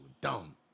dumb